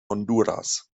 honduras